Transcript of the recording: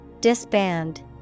Disband